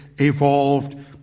evolved